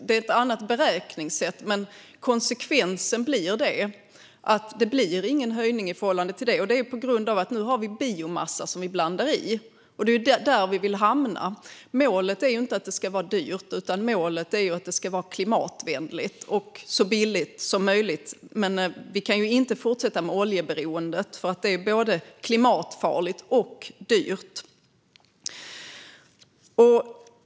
Det är ett annat beräkningssätt, men konsekvensen blir att det inte blir någon höjning. Det är på grund av vi nu har biomassa att blanda i. Det är där vi vill hamna. Målet är ju inte att det ska vara dyrt, utan målet är att det ska vara klimatvänligt - och så billigt som möjligt. Men vi kan inte fortsätta med oljeberoendet, för det är både klimatfarligt och dyrt.